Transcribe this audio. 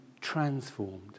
transformed